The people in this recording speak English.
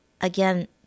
again